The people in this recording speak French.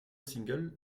single